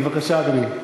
בבקשה, אדוני.